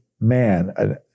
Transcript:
man